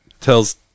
tells